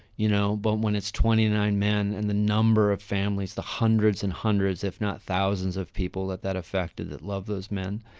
you know, but when it's twenty nine men and the number of families, the hundreds and hundreds, if not thousands of people that that affected that love those men,